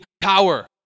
power